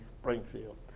Springfield